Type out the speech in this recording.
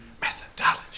Methodology